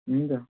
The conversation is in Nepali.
हुन्छ